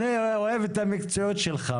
אני אוהב את המקצועיות שלך.